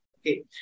Okay